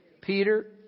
Peter